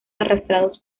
arrastrados